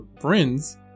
friends